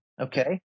okay